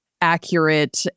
accurate